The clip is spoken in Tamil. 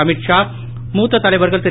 அமித்ஷா மூத்த தலைவர்கள் திரு